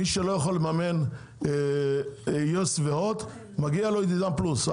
מי שלא יכול לממן יס והוט מגיע לו את עידן פלוס.